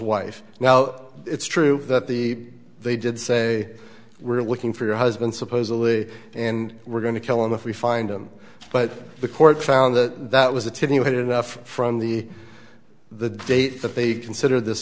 wife now it's true that the they did say we're looking for your husband supposedly and we're going to kill him if we find him but the court found that that was a tin you had enough from the the date that they consider this